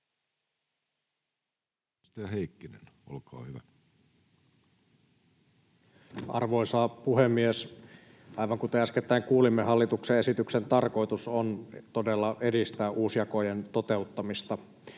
Arvoisa puhemies! Aivan kuten äskettäin kuulimme, hallituksen esityksen tarkoitus on todella edistää uusjakojen toteuttamista.